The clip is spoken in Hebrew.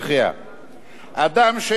אדם שאינו נושא בנטל,